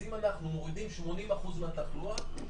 אם אנחנו מורידים 80% מהתחלואה,